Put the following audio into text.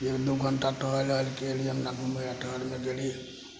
एक दू घण्टा टहलऽके लिए हमे घुमे आ टहलै लए गेलियै